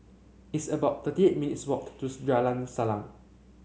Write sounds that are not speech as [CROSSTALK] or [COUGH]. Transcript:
it's about thirty eight minutes walk [UNINTELLIGIBLE] Jalan Salang